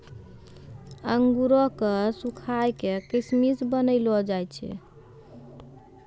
अंगूरो क सुखाय क किशमिश बनैलो जाय छै